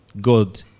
God